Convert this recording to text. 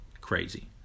crazy